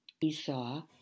Esau